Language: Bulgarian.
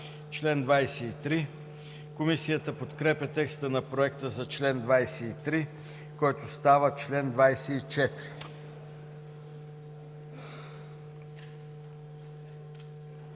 чл. 23. Комисията подкрепя текста на Проекта за чл. 23, който става чл. 24.